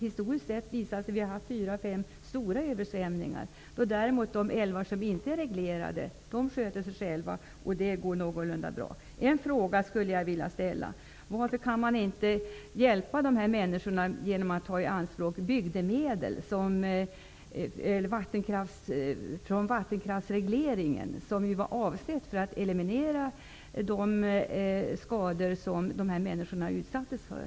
Historiskt sett har vi haft fyra fem stora översvämningar. De älvar som inte är reglerade sköter sig själva och går någorlunda bra. Jag vill ställa en fråga: Varför kan man inte hjälpa dessa människor genom att ta i anspråk bygdemedel från vattenkraftsregleringen? Dessa medel var ju avsedda att eliminera de skador som människorna utsattes för.